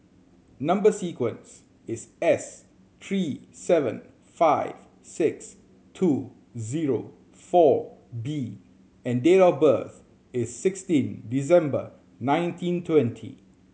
number sequence is S three seven five six two zero four B and date of birth is sixteen December nineteen twenty